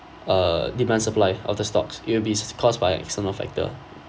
uh demand supply of the stocks it'll be s~ caused by an external factor